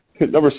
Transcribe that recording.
Number